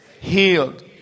healed